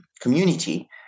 community